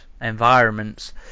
environments